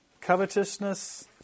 covetousness